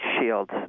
shields